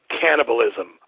Cannibalism